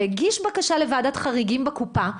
והוא הגיש בקשה לוועדת חריגים בקופה,